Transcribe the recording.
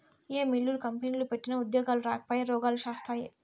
ఏ మిల్లులు, కంపెనీలు పెట్టినా ఉద్యోగాలు రాకపాయె, రోగాలు శాస్తాయే